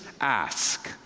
Ask